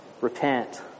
Repent